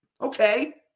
Okay